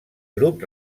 grup